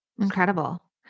Incredible